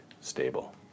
stable